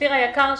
אופיר היקר,